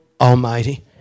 Almighty